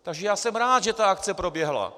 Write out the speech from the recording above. Takže já jsem rád, že ta akce proběhla.